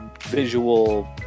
visual